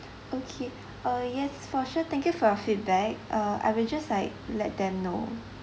okay uh yes for sure thank you for your feedback uh I will just like let them know